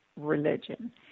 religion